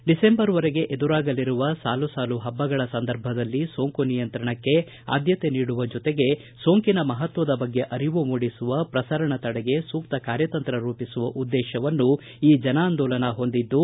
ಡಿಸೆಂಬರ್ವರೆಗೆ ಎದುರಾಗಲಿರುವ ಸಾಲು ಸಾಲು ಹಬ್ಬಗಳ ಸಂದರ್ಭದಲ್ಲಿ ಸೋಂಕು ನಿಯಂತ್ರಣಕ್ಕೆ ಆದ್ದತೆ ನೀಡುವ ಜೊತೆಗೆ ಸೋಂಕಿನ ಮಹತ್ವದ ಬಗ್ಗೆ ಅರಿವು ಮೂಡಿಸುವ ಪ್ರಸರಣ ತಡೆಗೆ ಸೂಕ್ತ ಕಾರ್ಯತಂತ್ರ ರೂಪಿಸುವ ಉದ್ದೇಶವನ್ನು ಈ ಜನಾಂದೋಲನ ಹೊಂದಿದ್ದು